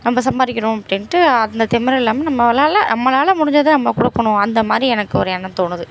நம்ம சம்பாதிக்கணும் அப்படின்ட்டு அந்த திமிர் இல்லாமல் நம்மளால் நம்மளால் முடிஞ்சதை நம்ம கொடுக்கணும் அந்த மாதிரி எனக்கு ஒரு எண்ணம் தோணுது